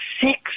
six